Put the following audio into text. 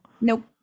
nope